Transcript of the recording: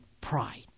pride